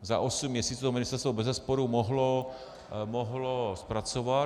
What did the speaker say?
Za osm měsíců to ministerstvo bezesporu mohlo zpracovat.